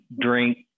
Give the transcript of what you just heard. drink